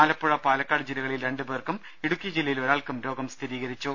ആലപ്പുഴ പാലക്കാട് ജില്ലകളിൽ രണ്ടുപേർക്കും ഇടുക്കി ജില്ലയിൽ ഒരാൾക്കും രോഗം സ്ഥിരീകരിച്ചു